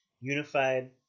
unified